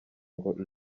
ngo